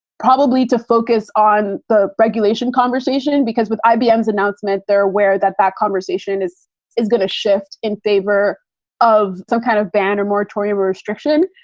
probably to focus on the regulation conversation and because with ibm's announcement, they're aware that that conversation is is going to shift in favor of some kind of ban or moratorium or restriction.